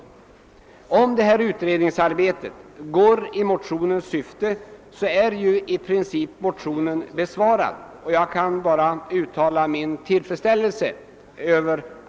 Om detta utredningsarbete är i linje med motionens syfte, kan min motion i princip anses besvarad, och jag har då bara att uttala min tillfredsställelse häröver.